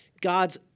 God's